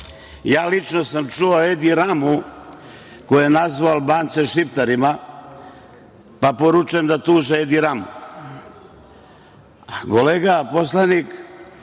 sam čuo Edi Ramu koji je nazvao Albance Šiptarima, pa poručujem da tuže Edi Ramu. Kolega poslanik